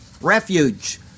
refuge